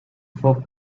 for